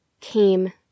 came